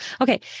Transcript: okay